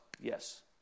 yes